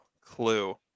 clue